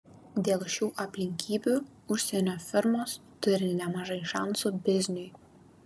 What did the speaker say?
dėl šių aplinkybių užsienio firmos turi nemažai šansų bizniui